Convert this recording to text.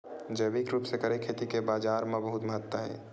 जैविक रूप से करे खेती के बाजार मा बहुत महत्ता हे